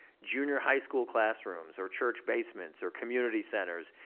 junior high school classrooms or church basements or community centers,